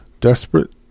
Desperate